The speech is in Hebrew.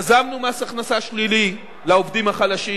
יזמנו מס הכנסה שלילי לעובדים החלשים.